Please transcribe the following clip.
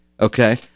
okay